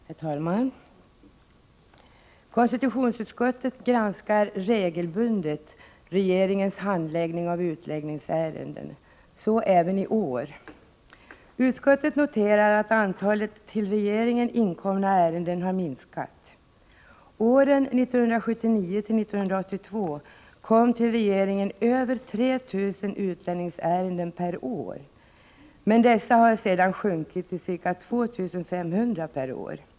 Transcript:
Herr talman! Konstitutionsutskottet granskar regelbundet regeringens handläggning av utlänningsärenden; så även i år. Utskottet noterar att antalet inkomna ärenden till regeringen har minskat. Åren 1979-1982 inkom till regeringen över 3 000 utlänningsärenden per år, men antalet har sedan sjunkit till ca 2 500 per år.